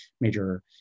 major